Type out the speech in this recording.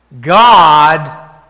God